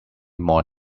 more